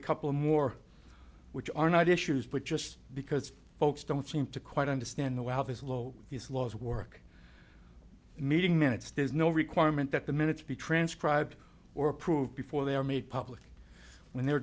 a couple more which are not issues but just because folks don't seem to quite understand the wow this law is laws work meeting minutes there's no requirement that the minutes be transcribed or approved before they're made public when they